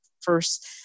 first